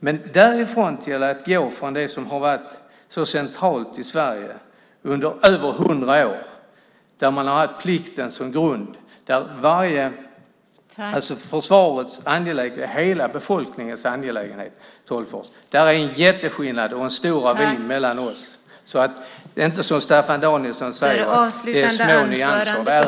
Men mellan ert förslag och det som har varit så centralt i Sverige under över 100 år, där man har haft plikten som grund och där försvaret har varit hela befolkningens angelägenhet, är det en jätteskillnad och en stor ravin. Det är inte, som Staffan Danielsson säger, små nyanser.